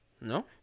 No